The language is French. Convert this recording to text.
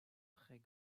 très